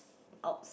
out